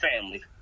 family